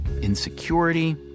insecurity